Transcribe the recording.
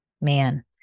man